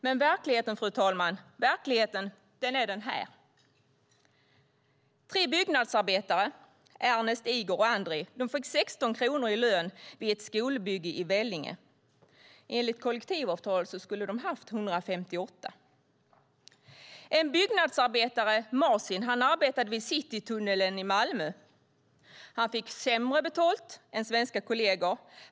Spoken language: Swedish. Men verkligheten, fru talman, är den här: Tre byggnadsarbetare, Ernests, Igor och Andreys, fick 16 kronor i lön vid ett skolbygge i Vellinge. Enligt kollaktivavtal skulle de ha haft 158 kronor. En byggnadsarbetare, Marcin, arbetade vid Citytunneln i Malmö. Han fick sämre betalt än svenska kolleger.